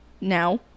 now